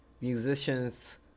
musicians